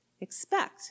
expect